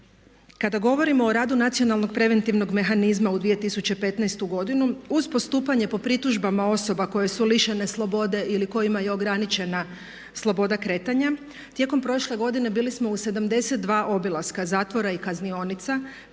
Kada govorimo o radu Nacionalnog preventivnog mehanizma u 2015. godinu uz postupanje po pritužbama osoba koje su lišene slobode ili kojima je ograničena sloboda kretanja tijekom prošle godine bili smo u 72 obilaska zatvora i kaznionica,